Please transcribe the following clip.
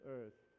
earth